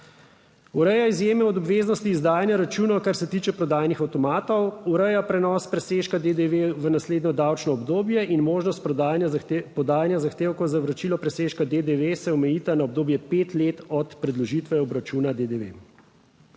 Ureja izjeme od obveznosti izdajanja računov, kar se tiče prodajnih avtomatov, ureja prenos presežka DDV v naslednje davčno obdobje in možnost prodajanja podajanja zahtevkov za vračilo presežka DDV se omejita na obdobje pet let od predložitve obračuna DDV.